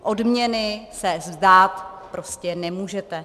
Odměny se vzdát prostě nemůžete.